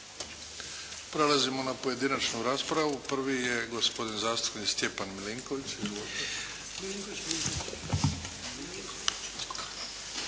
Prelazimo na pojedinačnu raspravu. Prvi je gospodin zastupnik Stjepan Milinković.